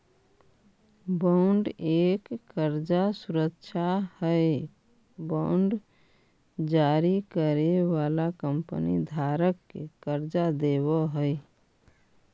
bond एक कर्जा सुरक्षा हई बांड जारी करे वाला कंपनी धारक के कर्जा देवऽ हई